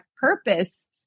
purpose